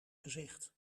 gezicht